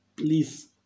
Please